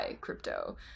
crypto